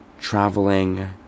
traveling